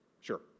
sure